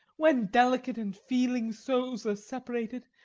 when delicate and feeling souls are separated,